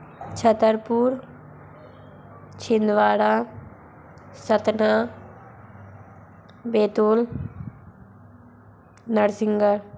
Chhatarpur Chhindwara Satna Betul Narsinghgarh